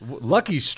lucky